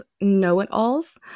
know-it-alls